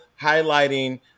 highlighting